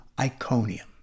Iconium